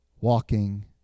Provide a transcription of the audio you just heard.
walking